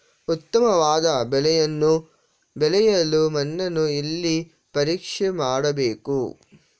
ಉತ್ತಮವಾದ ಬೆಳೆಯನ್ನು ಬೆಳೆಯಲು ಮಣ್ಣನ್ನು ಎಲ್ಲಿ ಪರೀಕ್ಷೆ ಮಾಡಬೇಕು?